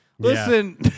Listen